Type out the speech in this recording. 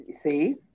See